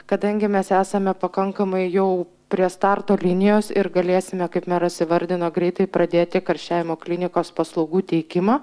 kadangi mes esame pakankamai jau prie starto linijos ir galėsime kaip meras įvardino greitai pradėti karščiavimo klinikos paslaugų teikimą